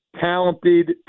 talented